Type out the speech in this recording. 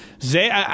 Zay